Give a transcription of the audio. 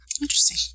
Interesting